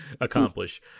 accomplish